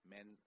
Men